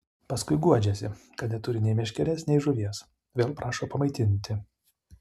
paskui guodžiasi kad neturi nei meškerės nei žuvies vėl prašo pamaitinti